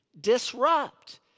disrupt